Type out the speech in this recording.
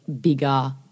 bigger